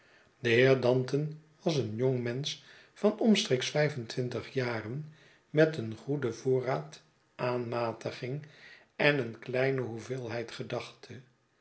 de heer danton was een jong mensch van omstreeks vijf en twintig jaren met een goeden voorraad aanmatiging en een kleine hoeveelheid